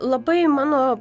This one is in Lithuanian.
labai mano